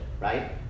right